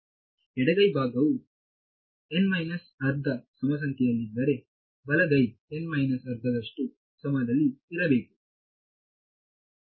ಎಡಗೈ ಭಾಗವು n minus ಅರ್ಧ ಸಮಯದಲ್ಲಿದ್ದರೆ ಬಲಗೈ n ಮೈನಸ್ ಅರ್ಧದಷ್ಟು ಸಮಯದಲ್ಲಿ ಇರಬೇಕು